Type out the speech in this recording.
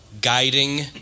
guiding